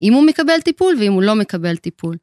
אם הוא מקבל טיפול ואם הוא לא מקבל טיפול.